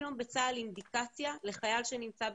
אינדיקציה לחייל שנמצא בחובות.